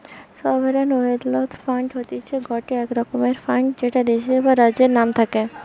sovereign wealth fund হতিছে গটে রকমের ফান্ড যেটা দেশের বা রাজ্যের নাম থাকে